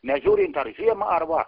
nežiūrint ar žiema